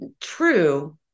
true